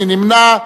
מי נמנע?